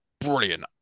brilliant